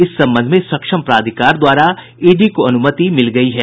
इस संबंध में सक्षम प्राधिकार द्वारा ईडी को अनुमति मिल गयी है